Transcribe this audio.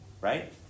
right